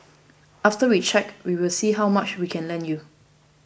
after we check we will see how much we can lend you